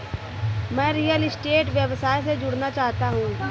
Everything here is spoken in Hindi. मैं रियल स्टेट व्यवसाय से जुड़ना चाहता हूँ